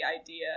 idea